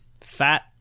fat